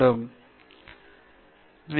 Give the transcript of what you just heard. நீங்கள் நன்றாக உணர வேண்டும்